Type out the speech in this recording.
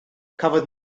cafodd